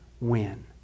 win